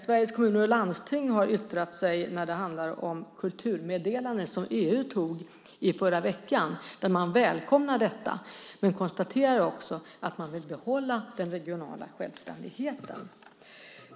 Sveriges Kommuner och Landsting har yttrat sig om det kulturmeddelande som EU antog i förra veckan. Man välkomnar detta, men man konstaterar också att man vill behålla den regionala självständigheten.